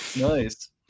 Nice